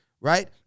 right